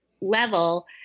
level